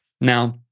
Now